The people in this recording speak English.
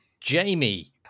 jamie